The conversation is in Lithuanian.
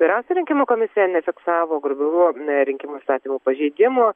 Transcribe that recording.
vyriausia rinkimų komisija nefiksavo grubių rinkimų įstatymų pažeidimų